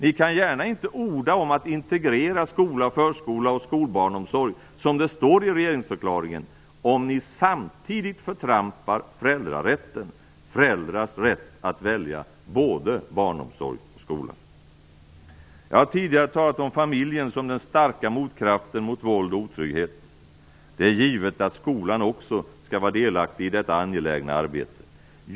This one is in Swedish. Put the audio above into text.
Ni kan gärna inte orda om att integrera skola, förskola och skolbarnomsorg, som det står i regeringsförklaringen, om ni samtidigt förtrampar föräldrarätten - föräldrars rätt att välja både barnomsorg och skola. Jag har tidigare talat om familjen som den starka motkraften mot våld och otrygghet. Det är givet att skolan också skall vara delaktig i detta angelägna arbete.